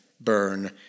burn